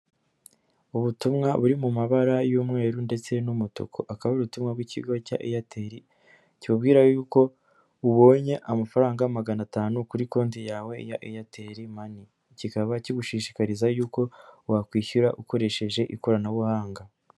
Ubutumwa buri mu mabara y'umweru ndetse n'umutuku akaba ari ubutumwa bw'ikigo cya Eyateri kikubwira y'uko ubonye amafaranga magana atanu kuri konti yawe ya Eyateri mani kikaba kigushishikariza y'uko wakwishyura ukoresheje ikoranabuhanga.